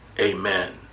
amen